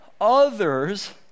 others